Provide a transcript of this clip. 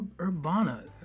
Urbana